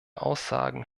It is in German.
aussagen